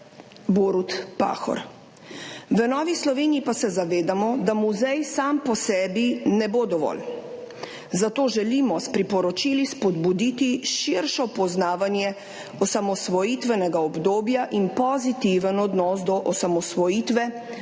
Borut Pahor. V Novi Sloveniji pa se zavedamo, da muzej sam po sebi ne bo dovolj, zato želimo s priporočili spodbuditi širše poznavanje osamosvojitvenega obdobja in pozitiven odnos do osamosvojitve